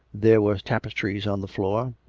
there were tapestries on the floor,